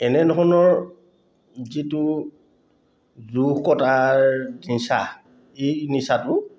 এনেধৰণৰ যিটো জোৰ কটাৰ নিচা এই নিচাটো